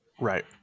right